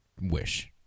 wish